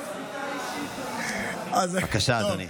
יש לו זיקה אישית, בבקשה, אדוני.